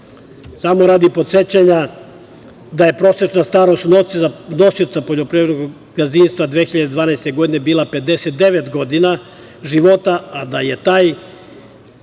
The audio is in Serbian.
Samo radi podsećanja, prosečna starost nosioca poljoprivrednog gazdinstva je 2012. godine bila 59 godina života, a da je ta